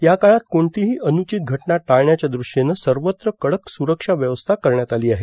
या काळात कोणतीही अनुचित घटना टाळण्याच्या दृष्टीनं सर्वत्र कडक सुरक्षा व्यवस्था करण्यात आली आहे